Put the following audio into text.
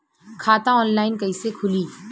खाता ऑनलाइन कइसे खुली?